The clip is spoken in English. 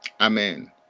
Amen